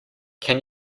can